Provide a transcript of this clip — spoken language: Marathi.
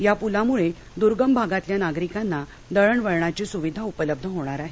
या प्लामूळे द्र्गम भागातल्या नागरिकांना दळणवळणाची स्विधा उपलब्ध होणार आहे